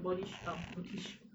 body shop~ body shop